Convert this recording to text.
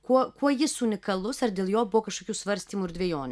kuo kuo jis unikalus ar dėl jo buvo kažkokių svarstymų ir dvejonių